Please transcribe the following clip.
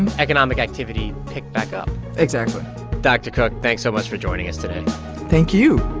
and economic activity ticked back up exactly dr. cook, thanks so much for joining us today thank you